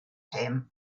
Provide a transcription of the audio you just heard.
him